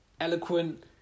eloquent